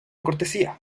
cortesía